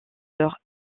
leur